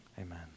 Amen